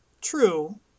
true